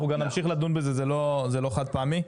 אנחנו גם נמשיך לדון בזה, זה לא חד פעמי.